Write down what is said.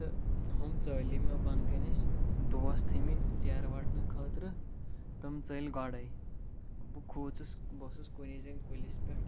تہٕ ہُم ژٔلۍ مےٚ بۄنہٕ کَنہِ ٲسۍ دوس تھٲمٕتۍ ژیرٕ وَٹنہٕ خٲطرٕ تِم ژٔلۍ گۄڈے بہٕ کھوٗژُس بہٕ اوسُس کُنی زٔنۍ کُلِس پٮ۪ٹھ